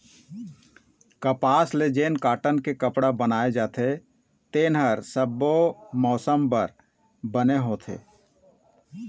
कपसा ले जेन कॉटन के कपड़ा बनाए जाथे तेन ह सब्बो मउसम बर बने होथे